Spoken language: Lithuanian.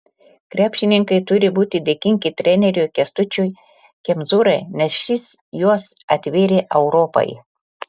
krepšininkai turi būti dėkingi treneriui kęstučiui kemzūrai nes šis juos atvėrė europai